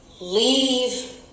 Leave